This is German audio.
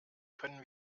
können